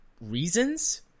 reasons